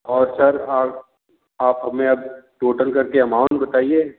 और सर अब आप हमें अब टोटल करके अमाउंट बताइए